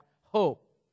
hope